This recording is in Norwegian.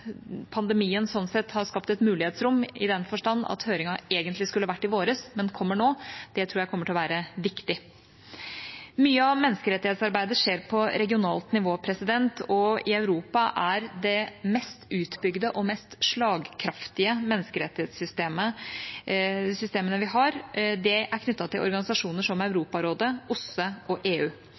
pandemien sånn sett har skapt et mulighetsrom, i den forstand at høringen egentlig skulle vært i vår, men kommer nå. Det tror jeg kommer til å være viktig. Mye av menneskerettighetsarbeidet skjer på regionalt nivå. I Europa er de mest utbygde og mest slagkraftige menneskerettighetssystemene vi har, knyttet til organisasjoner som Europarådet, OSSE og EU.